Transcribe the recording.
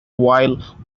while